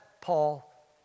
Paul